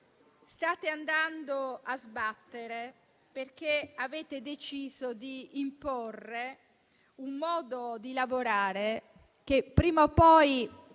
stiate andando a sbattere, perché avete deciso di imporre un modo di lavorare che prima o poi,